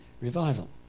revival